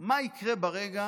מה יקרה ברגע